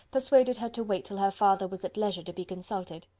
persuaded her to wait till her father was at leisure to be consulted.